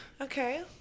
Okay